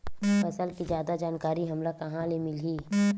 फसल के जादा जानकारी हमला कहां ले मिलही?